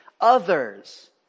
others